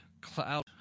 Cloud